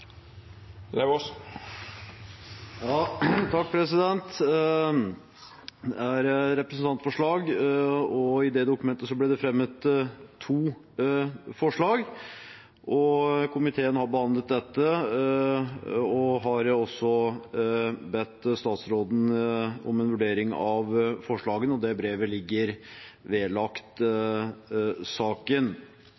er et representantforslag, og i det dokumentet ble det fremmet to forslag. Komiteen har behandlet dette og har også bedt statsråden om en vurdering av forslagene, og det brevet ligger vedlagt